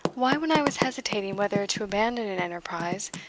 why when i was hesitating whether to abandon an enterprise,